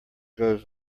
goes